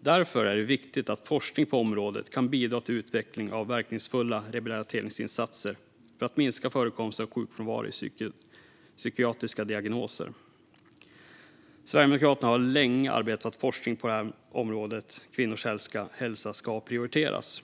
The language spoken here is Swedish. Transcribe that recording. Det är därför viktigt att forskning på området kan bidra till utvecklingen av verkningsfulla rehabiliteringsinsatser för att minska förekomsten av sjukfrånvaro i psykiatriska diagnoser. Sverigedemokraterna har länge arbetat för att forskning på området kvinnors hälsa ska prioriteras,